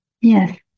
Yes